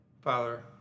Father